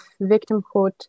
victimhood